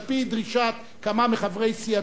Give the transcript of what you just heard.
על-פי דרישת כמה מחברי סיעתי,